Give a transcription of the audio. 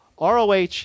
ROH